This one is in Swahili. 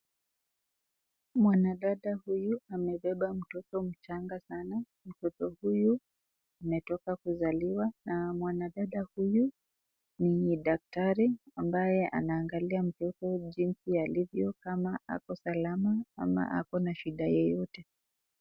Mwanadada huyu amebeba mtoto mchanga sana. Mtoto huyu ametoka kuzaliwa na mwanadada huyu ni daktari ambaye anaangalia mtoto jinsi alivyo kama ako salama ama ako na shida yoyote.